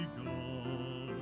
gone